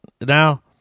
Now